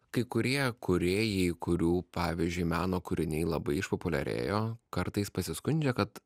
kai kurie kūrėjai kurių pavyzdžiui meno kūriniai labai išpopuliarėjo kartais pasiskundžia kad